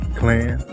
clan